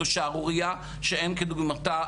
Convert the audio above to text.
זו שערורייה שאין כדוגמתה,